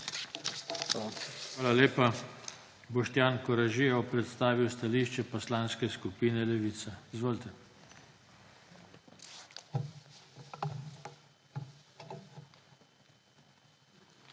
Hvala lepa. Boštjan Koražija bo predstavil stališče Poslanske skupine Levica. Izvolite.